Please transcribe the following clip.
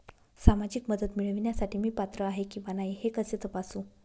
सामाजिक मदत मिळविण्यासाठी मी पात्र आहे किंवा नाही हे कसे तपासू?